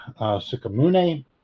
Sukamune